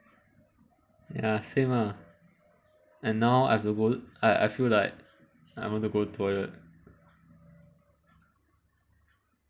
ya same ah and now I suppo~ I I feel like I want to go toilet